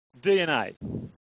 DNA